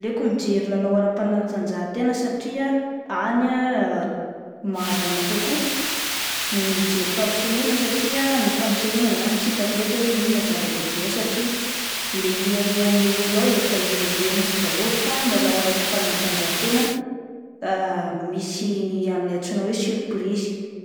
Aleoko mijery lalao aram-panatanjahantena satria any mahazo aina kokoa noho ny mijery fampisehoana satria ny fampisehoana zany tsy hitako loatra hoe inona no zava-dehibe ao satria le hira hirain'ilay olona ao efa hira henoko daholo fa ny lalao aram-panatanjahatena misy amin'ny antsoina hoe siorprizy.